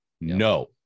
no